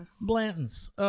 Blanton's